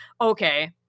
okay